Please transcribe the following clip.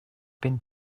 been